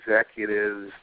executives